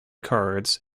cards